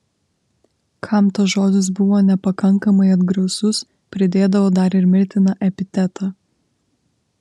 kam tas žodis buvo nepakankamai atgrasus pridėdavo dar ir mirtiną epitetą